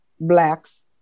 blacks